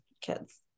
kids